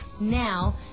now